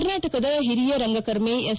ಕರ್ನಾಟಕದ ಹಿರಿಯ ರಂಗಕರ್ಮಿ ಎಸ್